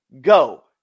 go